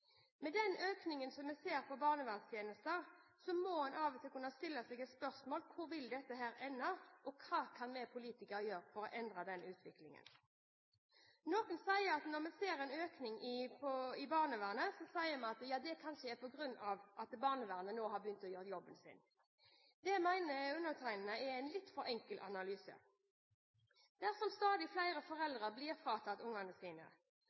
Med den økningen vi ser i barnevernstjenester, må man av og til stille seg spørsmålet: Hvor vil dette ende, og hva kan vi politikere gjøre for å endre den utviklingen? Noen sier at når vi nå ser en økning av saker innen barnevernet, er det kanskje på grunn av at barnevernet nå har begynt å gjøre jobben sin. Det mener undertegnede er en litt for enkel analyse. Dersom stadig flere foreldre blir fratatt ungene sine,